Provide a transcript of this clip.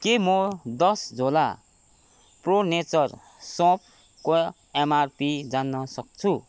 के म दस झोला प्रो नेचर सोँफको एमआरपी जान्न सक्छु